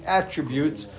attributes